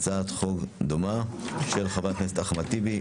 והצעת חוק דומה של חבר הכנסת אחמד טיבי,